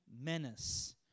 menace